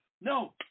No